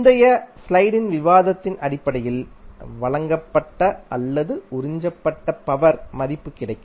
முந்தைய ஸ்லைடில் விவாதித்ததன் அடிப்படையில் வழங்கப்பட்ட அல்லது உறிஞ்சப்பட்ட பவர் மதிப்பு கிடைக்கும்